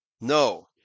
No